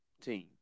team